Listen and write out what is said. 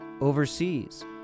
overseas